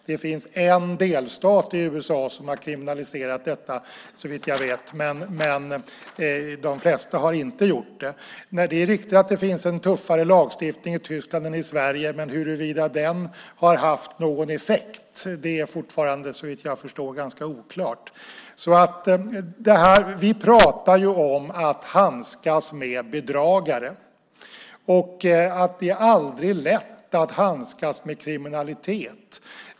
Det finns en delstat i USA som har kriminaliserat detta såvitt jag vet, men de flesta har inte gjort det. Det är riktigt att det finns en tuffare lagstiftning i Tyskland än i Sverige, men huruvida den har haft någon effekt är fortfarande, såvitt jag förstår, ganska oklart. Vi pratar om att handskas med bedragare. Det är aldrig lätt att handskas med kriminalitet.